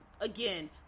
again